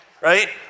right